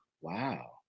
wow